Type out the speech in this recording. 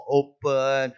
open